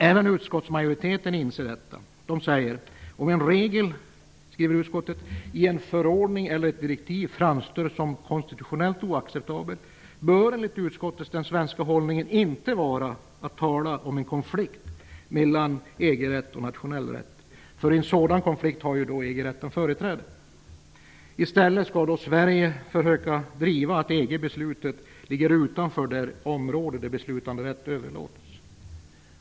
Även utskottsmajoriteten tycks inse detta. Den skriver: ''Om en regel i en förordning eller ett direktiv -- framstår som konstitutionellt oacceptabel, bör enligt utskottet den svenska hållningen inte vara att tala om en konflikt mellan EG-rätt och nationell rätt.'' I sådan konflikt har ju I stället skall Sverige då söka driva att EG-beslutet ligger utanför det område där beslutanderätten överlåtits.